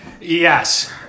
Yes